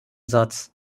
satz